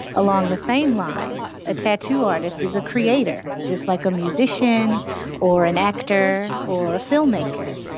along the same lines, a tattoo artist is a creator, just like a musician or an actor or a filmmaker,